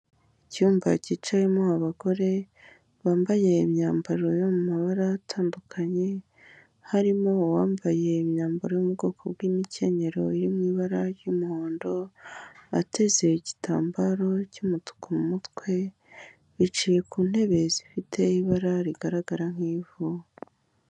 Icyumba cyicayemo abagore bambaye imyambaro yo mu mabara atandukanye, harimo uwambaye imyambaro yo mu bwoko bw'imikenyero, iri mu ibara ry'umuhondo, ateze igitambaro cy'umutuku mu mutwe, bicaye ku ntebe zifite ibara rigaragara nk'ivu.